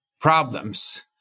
problems